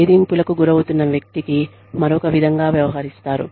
వేధింపులకు గురవుతున్న వ్యక్తికి మరొక విధంగా వ్యవహరిస్తారు